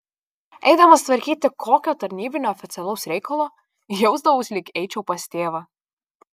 eidamas tvarkyti kokio tarnybinio oficialaus reikalo jausdavausi lyg eičiau pas tėvą